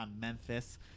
Memphis